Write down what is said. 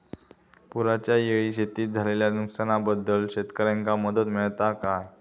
पुराच्यायेळी शेतीत झालेल्या नुकसनाबद्दल शेतकऱ्यांका मदत मिळता काय?